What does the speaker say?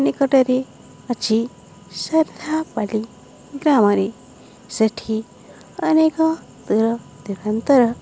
ନିକଟରେ ଅଛି ଶ୍ରଦ୍ଧାପାଲି ଗ୍ରାମରେ ସେଠି ଅନେକ ଦୂର ଦରାନ୍ତର